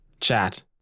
chat